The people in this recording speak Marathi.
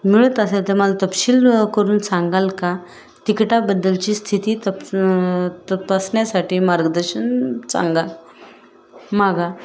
मिळत असेल तर मला तपशील करून सांगाल का तिकटाबद्दलची स्थिती तप तपासण्यासाठी मार्गदर्शन सांगा मागा